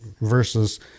versus